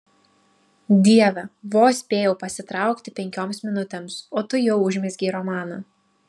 dieve vos spėjau pasitraukti penkioms minutėms o tu jau užmezgei romaną